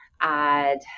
add